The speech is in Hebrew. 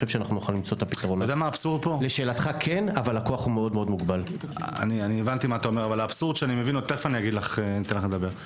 אני חושבת שזאת בשורה סופר משמעותית ואמרתי את זה כמעט בכל מקום.